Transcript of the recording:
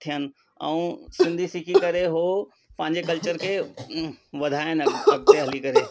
थियनि ऐं सिंधी सिखी करे हो पंहिंजे कल्चर खे वधाइनि अॻिते अॻिते हली करे